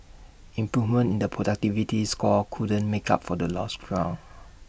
improvement in the productivity score couldn't make up for the lost ground